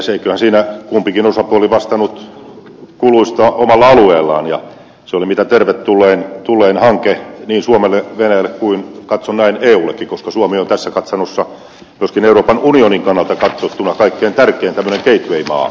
eiköhän siinä kumpikin osapuoli vastannut kuluista omalla alueellaan ja se oli mitä tervetullein hanke niin suomelle venäjälle kuin katson näin eullekin koska suomi on tässä katsannossa myöskin euroopan unionin kannalta katsottuna kaikkein tärkein tämmöinen gateway maa